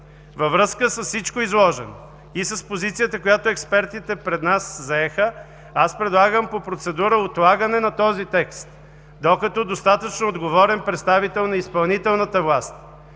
Във връзка с всичко изложено и с позицията, която експертите пред нас заеха, аз предлагам по процедура отлагане на този текст, докато достатъчно отговорен представител на изпълнителната власт